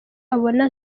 abona